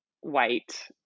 white